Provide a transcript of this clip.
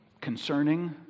concerning